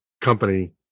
company